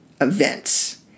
events